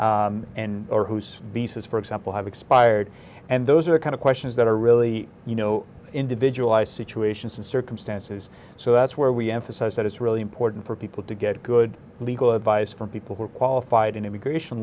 undocumented and or whose visas for example have expired and those are kind of questions that are really you know individual life situations and circumstances so that's where we emphasize that it's really important for people to get good legal advice from people who are qualified in immigration